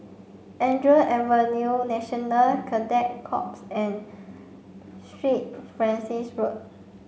Andrew Avenue National Cadet Corps and Street Francis Road